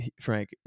Frank